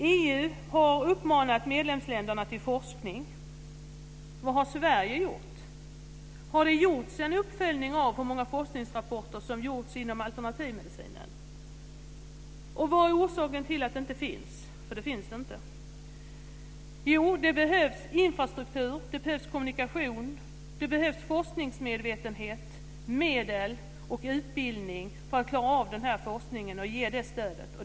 EU har uppmanat medlemsländerna till forskning. Vad har Sverige gjort? Har det gjorts en uppföljning av hur många forskningsrapporter som har gjorts inom alternativmedicinen? Vad är orsaken till att det inte finns någon sådan? Det finns det nämligen inte. Det behövs infrastruktur. Det behövs kommunikation. Det behövs forskningsmedvetenhet, medel och utbildning för att klara av den här forskningen och ge det stödet.